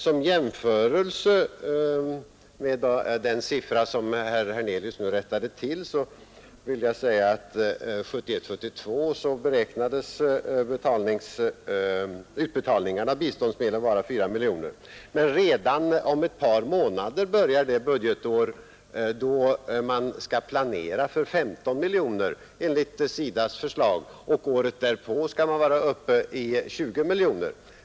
Som jämförelse med den siffra som herr Hernelius nu rättade till vill jag säga att utbetalningarna av biståndsmedel år 1971/72 visserligen beräknades vara 4 miljoner, men redan om ett par månader börjar det budgetår då man skall planera för 15 miljoner kronor enligt SIDA:s förslag, och året därpå skall man vara uppe i 20 miljoner.